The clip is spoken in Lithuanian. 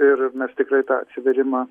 ir mes tikrai tą atsivėrimą